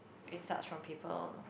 it starts from people